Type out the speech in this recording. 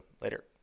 Later